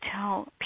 tell